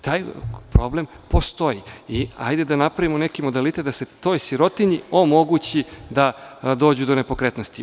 Taj problem postoji i hajde da napravimo neki modalitet da se toj sirotinji omogući da dođe do nepokretnosti.